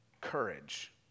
courage